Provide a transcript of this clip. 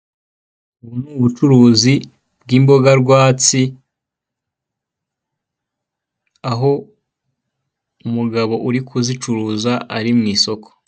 Ubu ni ubucuruzi bw'imboga rwatsi, aho umugabo uri kuzicuruza ari mu isoko.